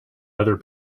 other